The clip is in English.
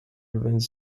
events